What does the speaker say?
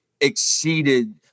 exceeded